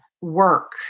work